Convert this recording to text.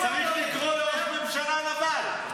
חבורה של צדקנים --- צריך לקרוא לראש ממשלה נבל.